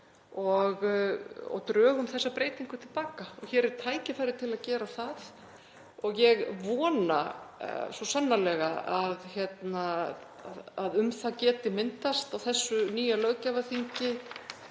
og drögum þessa breytingu til baka og hér er tækifæri til að gera það. Ég vona svo sannarlega að um það geti myndast á þessu nýja löggjafarþingi